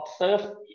observe